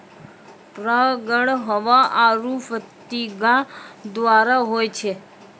परागण हवा आरु फतीगा द्वारा होय छै